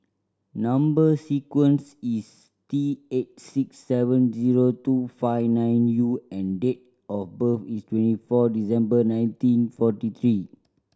number sequence is T eight six seven zero two five nine U and date of birth is twenty four December nineteen forty three